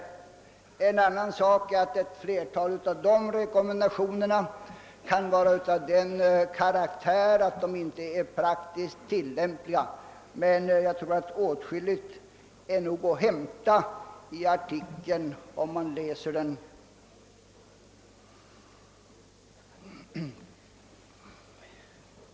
En annan sak är att ett flertal av dessa rekommendationer kan vara av den karaktären att de inte är praktiskt tillämpliga. Jag tror dock att det finns åtskilligt att hämta i denna artikel.